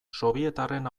sobietarren